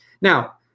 Now